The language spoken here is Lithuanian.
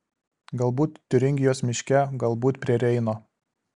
galbūt tiuringijos miške galbūt prie reino